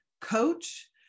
coach